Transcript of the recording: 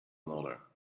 another